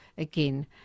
again